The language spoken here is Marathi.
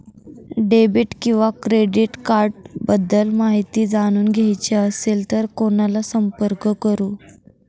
डेबिट किंवा क्रेडिट कार्ड्स बद्दल माहिती जाणून घ्यायची असेल तर कोणाला संपर्क करु?